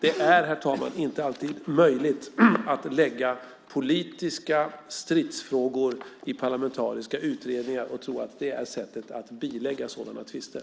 Det är inte alltid möjligt att lägga politiska stridsfrågor i parlamentariska utredningar och tro att det är ett sätt att bilägga sådana tvister.